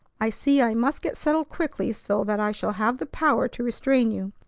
i see i must get settled quickly so that i shall have the power to restrain you.